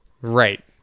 Right